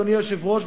אדוני היושב-ראש,